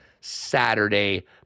Saturday